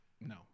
no